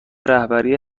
رهبری